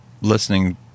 listening